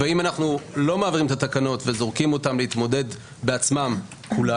ואם אנחנו לא מעבירים את התקנות וזורקים אותם להתמודד בעצם כולם,